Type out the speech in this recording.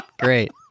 Great